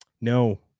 No